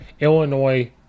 Illinois